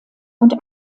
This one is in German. und